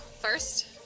first